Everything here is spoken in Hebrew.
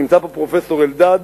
נמצא פה פרופסור אלדד,